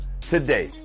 today